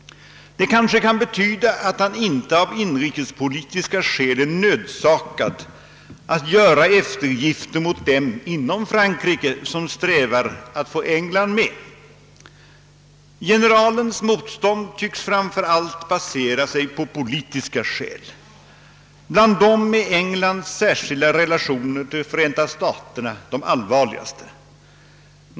Det kan kanske betyda att han inte av inrikespolitiska skäl är nödsakad att göra eftergifter mot dem inom Frankrike som strävar efter att få England med. Generalens motstånd tycks framför allt basera sig på politiska skäl. Bland dem är Englands särskilda relationer till Förenta staterna de allvarligaste.